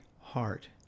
heart